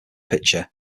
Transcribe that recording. picture